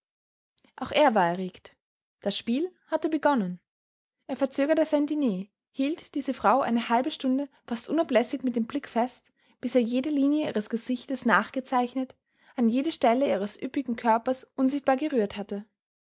auch er war erregt das spiel hatte begonnen er verzögerte sein diner hielt diese frau eine halbe stunde fast unablässig mit dem blick fest bis er jede linie ihres gesichtes nachgezeichnet an jede stelle ihres üppigen körpers unsichtbar gerührt hatte